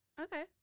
Okay